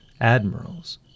Admirals